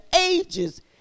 ages